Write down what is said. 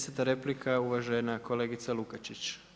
10. replika uvažena kolegica Lukačić.